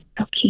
Okay